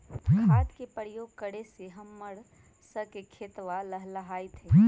खाद के प्रयोग करे से हम्मर स के खेतवा लहलाईत हई